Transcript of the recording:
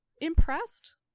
impressed